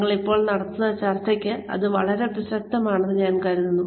ഞങ്ങൾ ഇപ്പോൾ നടത്തുന്ന ചർച്ചയ്ക്ക് ഇത് വളരെ പ്രസക്തമാണെന്ന് ഞാൻ കരുതുന്നു